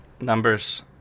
Numbers